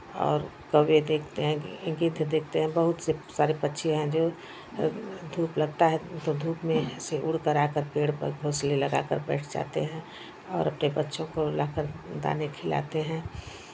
और कौवे देखते हैं गिद्ध देखते हैं बहुत से सारे पक्षी हैं जो धूप लगता है तो धूप में ऐसे उड़ कर आकर पेड़ पर घोंसले लगा कर बैठ जाते हैं और अपने बच्चों को लाकर दानें खिलाते हैं